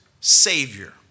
Savior